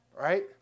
Right